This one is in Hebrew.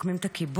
משקמים את הקיבוץ,